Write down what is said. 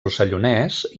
rossellonès